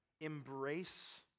embrace